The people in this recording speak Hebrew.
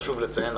חשוב לי לציין,